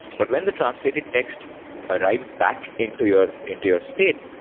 but when the translated text arrives back into your into your state,